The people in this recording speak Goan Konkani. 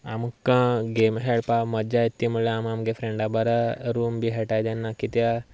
आमकां गेम खेळपाक मज्जा येता ती म्हणल्या आम आमगे फ्रेंडा बारा रूम बी खेळटात तेन्ना कित्याक